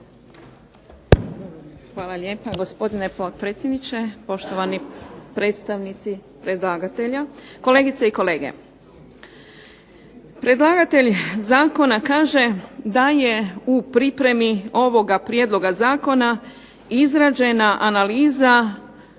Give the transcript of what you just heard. Hvala lijepa gospodine potpredsjedniče. Poštovani predstavnici predlagatelja, kolegice i kolege. Predlagatelj zakona kaže da je u pripremi ovoga prijedloga zakona izrađena analiza